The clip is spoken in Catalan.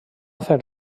fer